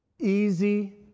easy